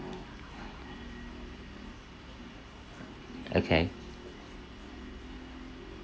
okay